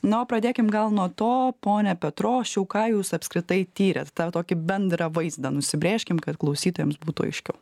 na o pradėkim gal nuo to pone petrošiau ką jūs apskritai tyrėt tą tokį bendrą vaizdą nusibrėžkim kad klausytojams būtų aiškiau